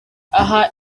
aha